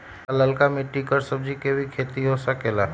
का लालका मिट्टी कर सब्जी के भी खेती हो सकेला?